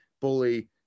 bully